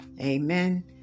Amen